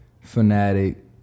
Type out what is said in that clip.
fanatic